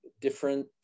different